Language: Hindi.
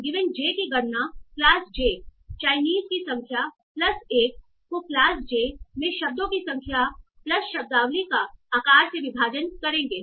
j की गणना क्लास j चाइनीस की संख्या प्लस 1 को क्लास j में शब्दों की संख्या प्लस शब्दावली का आकार से विभाजन करेंगे